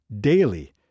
daily